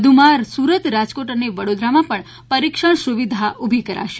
વધુમાં સુરત રાજકોટ વડોદરામાં પણ પરીક્ષણ સુવિધા ઉભી કરાશે